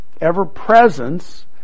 ever-presence